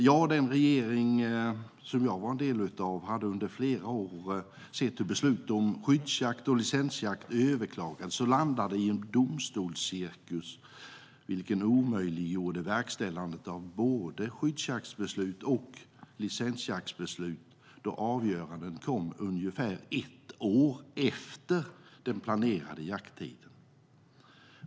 Jag och den regering som jag var en del av hade under flera år sett hur beslut om skyddsjakt och licensjakt överklagades och landade i en domstolscirkus, vilken omöjliggjorde verkställande av både skyddsjaktsbeslut och licensjaktsbeslut då avgöranden kom ungefär ett år efter den planerade jakttiden.